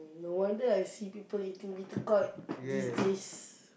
no wonder I see people eating bittergourd these days